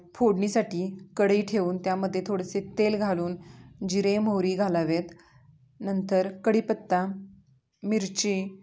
फोडणीसाठी कढई ठेऊन त्यामध्ये थोडेसे तेल घालून जिरे मोहरी घालावेत नंतर कढीपत्ता मिरची